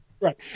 Right